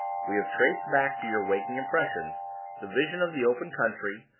we have traced back to your waking impressions the vision of the open country,